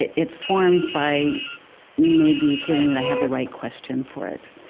it it forms by maybe feeling that i have the right question for it.